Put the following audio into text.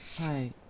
Hi